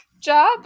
job